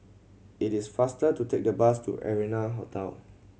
it is faster to take the bus to Arianna Hotel